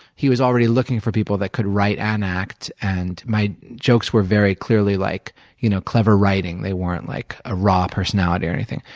he was already looking for people who could write, and act, and my jokes were very clearly like you know clever writing. they weren't like a raw personality or anything.